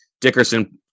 Dickerson